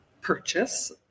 purchase